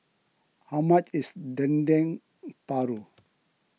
how much is Dendeng Paru